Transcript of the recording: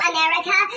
America